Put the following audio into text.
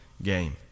Game